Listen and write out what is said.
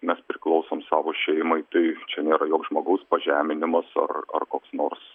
mes priklausom savo šeimai tai čia nėra joks žmogaus pažeminimas ar ar koks nors